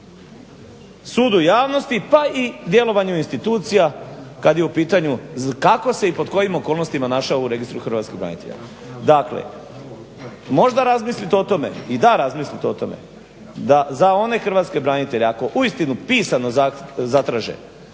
sudu javnosti, pa i djelovanju institucija kad je u pitanju kako se i pod kojim okolnostima našao u registru hrvatskih branitelja. Dakle, možda razmislite o tome i da razmislite o tome da za one hrvatske branitelje ako uistinu pisano zatraže